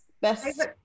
best